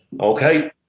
Okay